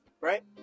right